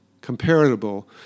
comparable